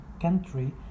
country